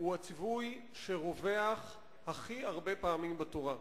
הוא הציווי שמופיע הכי הרבה פעמים בתורה.